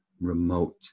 remote